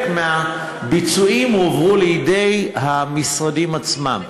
וחלק מהביצועים הועברו לידי המשרדים עצמם.